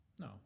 No